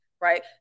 right